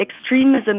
extremism